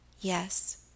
Yes